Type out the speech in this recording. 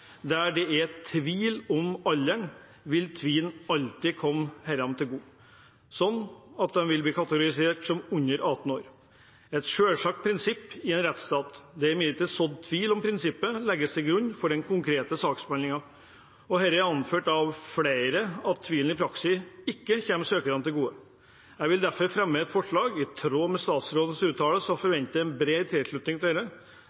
der det er tvil om alderen, vil tvilen alltid komme disse til gode, slik at de vil bli kategorisert som under 18 år. Det er et selvsagt prinsipp i en rettsstat. Det er imidlertid sådd tvil om prinsippet legges til grunn for den konkrete saksbehandlingen. Det er anført av flere at tvilen i praksis ikke kommer søkerne til gode. Jeg vil derfor fremme et forslag i tråd med statsrådens uttalelser – og forventer en bred tilslutning til